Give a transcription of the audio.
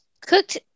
cooked